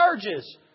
charges